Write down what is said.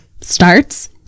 starts